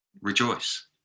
rejoice